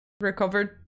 Recovered